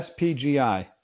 SPGI